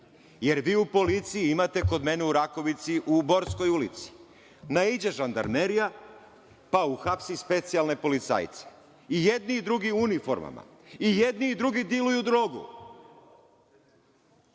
jer vi u policiji, imate kod mene u Rakovici, u Borskoj ulici, naiđe žandarmerija pa uhapsi specijalne policajce. I jedni i drugi u uniformama. I jedni i drugi diluju drogu.